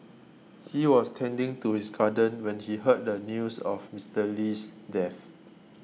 he was tending to his garden when he heard the news of Mister Lee's death